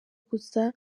gusa